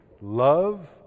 love